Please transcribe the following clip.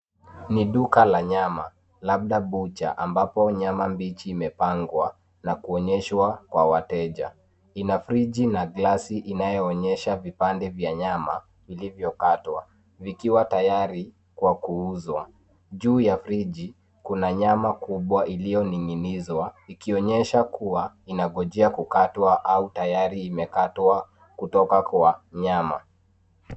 Ni duka la nyama, labda bucha ambapo nyama mbichi imepangwa na kuonyeshwa kwa wateja. Ina friji na glasi inayoonyesha vipande vya nyama vilivyokatwa vikiwa tayari kwa kuuzwa. Juu ya friji kuna nyama kubwa iliyoning'inizwa, ikionyesha kuwa inangojea kukatwa au tayari imekatwa kutoka kwa nyama.